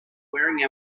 wearing